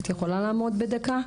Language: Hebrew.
את יכולה לעמוד בדקה?